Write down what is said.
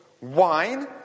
wine